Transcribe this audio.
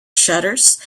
shutters